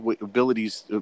abilities